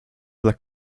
dla